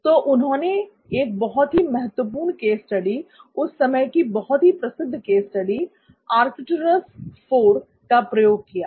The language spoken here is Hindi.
तो उन्होंने एक बहुत ही महत्वपूर्ण केस स्टडी उस समय की बहुत ही प्रसिद्ध केस स्टडी आर्कटूरूस IV का प्रयोग किया था